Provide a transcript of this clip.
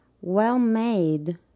Well-made